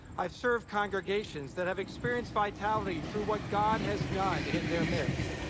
i've served congregations that have experienced vitality through what god has done in their midst.